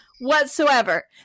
whatsoever